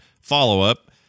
follow-up